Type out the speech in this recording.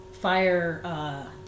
fire